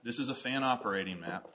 this is a fan operating map